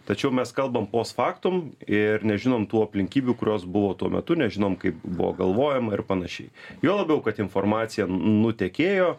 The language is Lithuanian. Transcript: tačiau mes kalbam post faktum ir nežinom tuo aplinkybių kurios buvo tuo metu nežinom kaip buvo galvojama ir panašiai juo labiau kad informacija nu nutekėjo